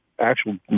actual